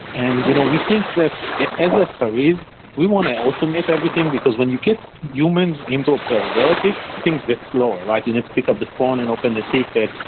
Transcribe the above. and you know we think that as ah so sres, we want to automate everything, because when you get humans into observability, things get slower, right? you need to pick up the phone and open a ticket.